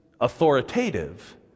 authoritative